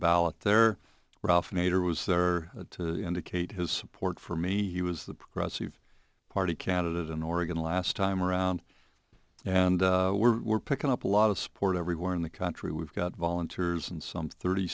ballot there ralph nader was there to kate his support for me he was the progressive party candidate in oregon last time around and we're picking up a lot of support everywhere in the country we've got volunteers and some thirty